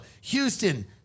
Houston